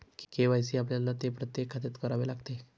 KYC आपल्याला ते प्रत्येक खात्यात करावे लागते